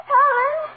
Helen